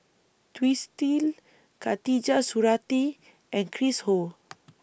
Twisstii Khatijah Surattee and Chris Ho